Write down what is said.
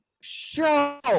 Show